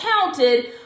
counted